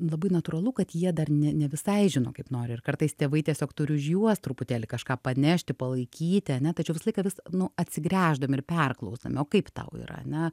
labai natūralu kad jie dar ne ne visai žino kaip nori ir kartais tėvai tiesiog turi už juos truputėlį kažką panešti palaikyti ane tačiau visą laiką vis nu atsigręždami ir perklausdami o kaip tau yra ane